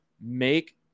make